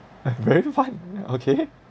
very fun okay